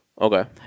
okay